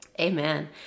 Amen